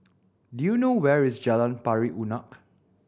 do you know where is Jalan Pari Unak